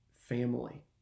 family